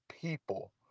people